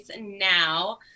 now